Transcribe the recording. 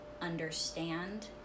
understand